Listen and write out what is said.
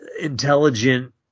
intelligent